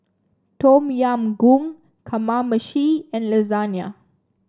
Tom Yam Goong Kamameshi and Lasagna